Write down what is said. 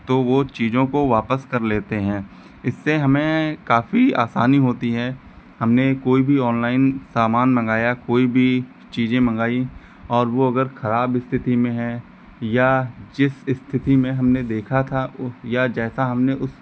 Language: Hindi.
तो वो चीज़ों को वापस कर लेते हैं इससे हमें काफ़ी आसानी होती है हमने कोई भी ऑनलाइन सामान मंगाया कोई भी चीज़ें मंगाई और वो अगर खराब स्थिति में है या जिस स्थिति में हमने देखा था ओ या जैसा हमने उस